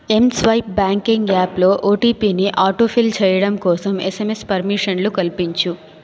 ఎం swipe banking యాప్లో ఓటీపీని autofill చేయడం కోసం ఎస్ఎమ్ఎస్ పర్మిషన్లు కల్పించు